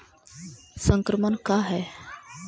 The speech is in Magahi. संक्रमण का है?